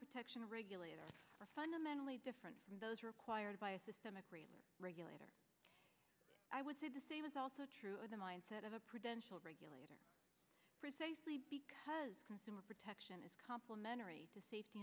protection regulator are fundamentally different from those required by a system of regulator i would say the same is also true of the mindset of a prevention regulator precisely because consumer protection is complimentary to safety